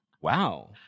Wow